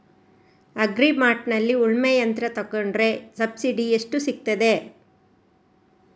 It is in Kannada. ಅಗ್ರಿ ಮಾರ್ಟ್ನಲ್ಲಿ ಉಳ್ಮೆ ಯಂತ್ರ ತೆಕೊಂಡ್ರೆ ಸಬ್ಸಿಡಿ ಎಷ್ಟು ಸಿಕ್ತಾದೆ?